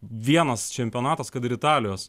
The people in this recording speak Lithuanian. vienas čempionatas kad ir italijos